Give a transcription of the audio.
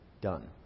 Done